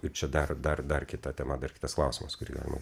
ir čia dar dar dar kita tema dar kitas klausimas kurį galima